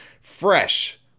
fresh